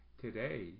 Today